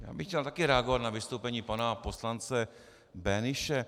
Já bych chtěl také reagovat na vystoupení pana poslance Böhnische.